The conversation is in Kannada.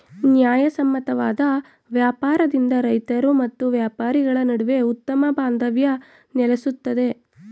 ನ್ಯಾಯಸಮ್ಮತವಾದ ವ್ಯಾಪಾರದಿಂದ ರೈತರು ಮತ್ತು ವ್ಯಾಪಾರಿಗಳ ನಡುವೆ ಉತ್ತಮ ಬಾಂಧವ್ಯ ನೆಲೆಸುತ್ತದೆ